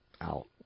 out